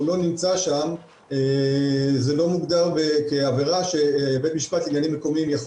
לא נמצא שם זה לא מוגדר כעבירה בסמכות של בית משפט לעניינים מקומיים,